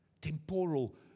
temporal